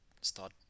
start